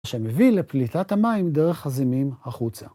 מה שמביא לפליטת המים דרך הזימים החוצה.